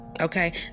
okay